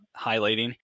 highlighting